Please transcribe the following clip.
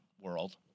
world